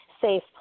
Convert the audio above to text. safe